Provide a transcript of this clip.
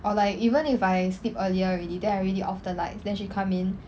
or like even if I sleep earlier already then I already off the lights then she come in